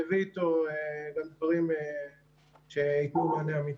יביא איתו גם דברים שיתנו מענה אמיתי.